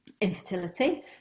infertility